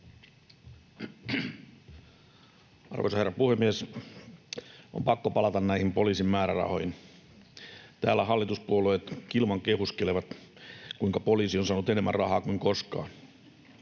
Arvoisa herra puhemies! On pakko palata näihin poliisin määrärahoihin. Täällä hallituspuolueet kilvan kehuskelevat, kuinka poliisi on saanut enemmän rahaa kuin koskaan.